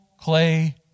clay